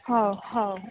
हो हो